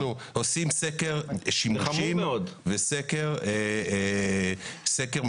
אנחנו עושים סקר שימושים וסקר מדידות.